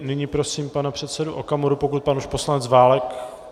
Nyní prosím pana předsedu Okamuru, pokud pan poslanec Válek...